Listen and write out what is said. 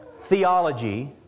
theology